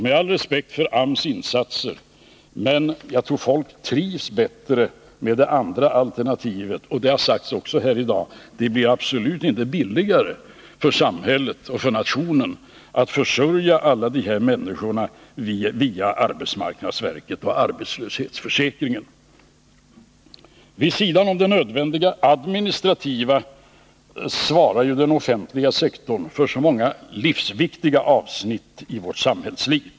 Med all respekt för AMS insatser tror jag dock att folk trivs bättre med det andra alternativet, och som också har sagts här i dag blir det absolut inte billigare för samhället och för nationen att försörja alla de här människorna via arbetsmarknadsverket och arbetslöshetsförsäkringen. Vid sidan om det nödvändiga administrativa svarar den offentliga sektorn för många livsviktiga avsnitt i vårt samhällsliv.